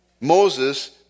Moses